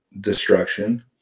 destruction